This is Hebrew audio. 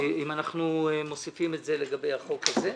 אם אנחנו מוסיפים את זה לגבי החוק הזה.